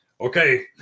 okay